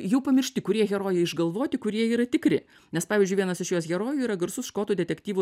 jau pamiršti kurie herojai išgalvoti kurie yra tikri nes pavyzdžiui vienas iš jos herojų yra garsus škotų detektyvų